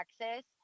Texas